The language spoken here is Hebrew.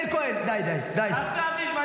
חבר הכנסת מאיר כהן, די, די.